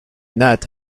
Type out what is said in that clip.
not